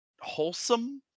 wholesome